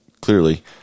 Clearly